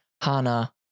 Hana